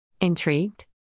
Intrigued